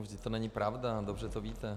Vždyť to není pravda, dobře to víte.